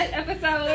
episode